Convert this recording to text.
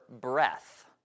breath